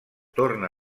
torna